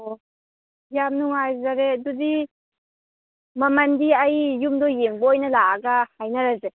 ꯑꯣ ꯌꯥꯝ ꯅꯨꯡꯉꯥꯏꯖꯔꯦ ꯑꯗꯨꯗꯤ ꯃꯃꯟꯗꯤ ꯑꯩ ꯌꯨꯝꯗꯣ ꯌꯦꯡꯕ ꯑꯣꯏꯅ ꯂꯥꯛꯑꯒ ꯍꯥꯏꯅꯔꯁꯦ